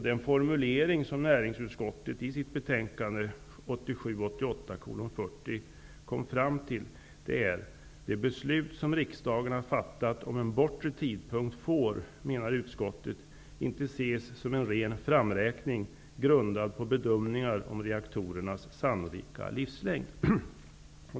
Den formulering som näringsutskottet i sitt betänkande 1987/88:40 kom fram till är: ''Det beslut som riksdagen har fattat om en bortre tidpunkt får, menar utskottet, inte ses som en ren framräkning grundad på bedömningar om reaktorernas sannolika livslängd.''